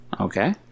okay